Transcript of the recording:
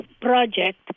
project